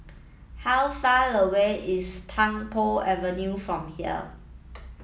how far away is Tung Po Avenue from here